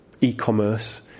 e-commerce